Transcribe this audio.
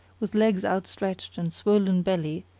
with legs outstretched and swollen belly,